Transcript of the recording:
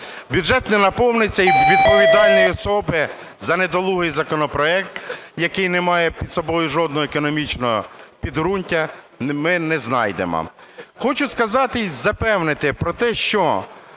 Бюджет не наповниться і відповідальні особи за недолугий законопроект, який не має під собою жодного економічного підґрунтя, ми не знайдемо. Хочу сказати і запевнити про те, що